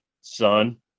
son